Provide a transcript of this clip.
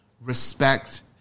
respect